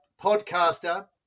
podcaster